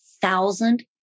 thousand